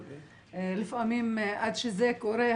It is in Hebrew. לפעמים עד שזה קורה,